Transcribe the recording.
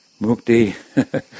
Mukti